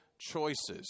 choices